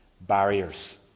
barriers